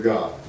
God